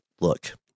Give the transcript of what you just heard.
look